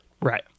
Right